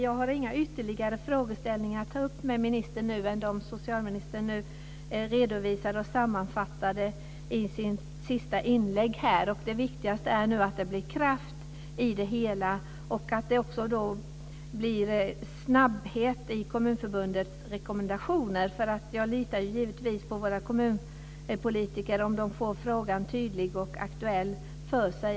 Jag har inga ytterligare frågeställningar att ta upp med ministern än de socialministern har redovisat och sammanfattat i hans senaste inlägg. Det viktiga är nu att det blir kraft i det hela och att det blir snabbhet i Kommunförbundets rekommendationer. Jag litar givetvis på våra kommunpolitiker om de får frågan tydliggjord och aktualiserad.